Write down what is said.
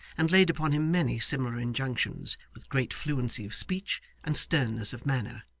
and laid upon him many similar injunctions, with great fluency of speech and sternness of manner.